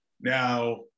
Now